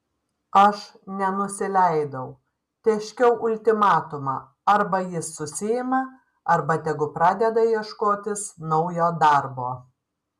aš nenusileidau tėškiau ultimatumą arba jis susiima arba tegu pradeda ieškotis naujo darbo